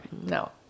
No